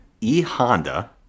E-Honda